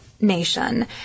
nation